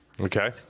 Okay